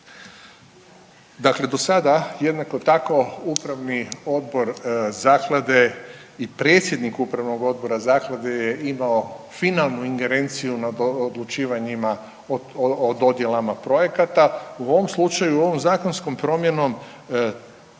dakle do sada jednako tako upravni odbor zaklade i predsjednik upravnog odbora zaklade je imao finalnu ingerenciju na odlučivanjima o dodjelama projekata. U ovom slučaju ovom zakonskom promjenom